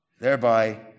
thereby